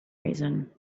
reason